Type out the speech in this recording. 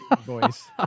voice